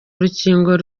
urukingo